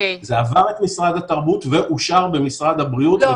זה עבר את משרד התרבות ואושר במשרד הבריאות.